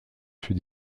fut